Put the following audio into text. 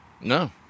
No